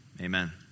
amen